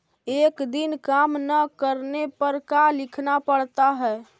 एक दिन काम न करने पर का लिखना पड़ता है?